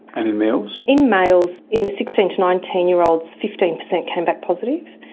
and in males? in males, in the sixteen to nineteen year olds fifteen percent came back positive.